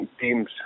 teams